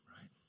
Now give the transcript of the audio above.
right